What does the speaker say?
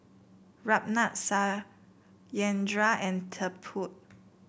Ramnath Satyendra and Tipu